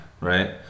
Right